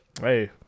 Hey